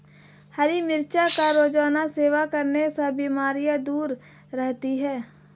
हरी मिर्च का रोज़ाना सेवन करने से बीमारियाँ दूर रहती है